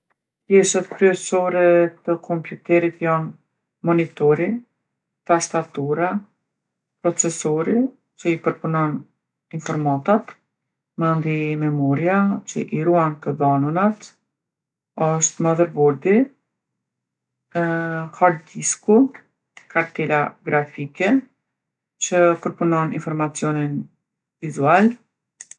Pjesët kryesore të kompjuterit jon monitori, tastatura, procesori që i përpunon informatat, mandej memorja që i ruan të dhanunat, osht modherbordi hard disku, kartela grafike që përpunon informacionin vizual.